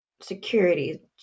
security